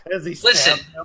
Listen